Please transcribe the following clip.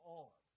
on